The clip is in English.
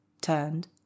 turned